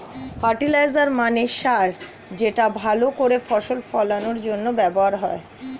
fertiliser মানে সার যেটা ভালো করে ফসল ফলনের জন্য ব্যবহার হয়